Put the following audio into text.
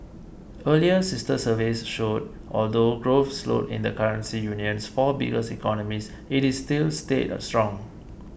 earlier sister surveys showed although growth slowed in the currency union's four biggest economies it is still stayed strong